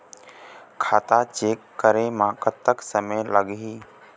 खाता चेक करे म कतक समय लगही?